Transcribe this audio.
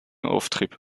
auftrieb